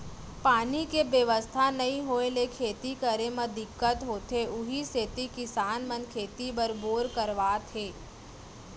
पानी के बेवस्था नइ होय ले खेती करे म दिक्कत होथे उही सेती किसान मन खेती बर बोर करवात हे